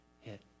hit